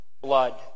blood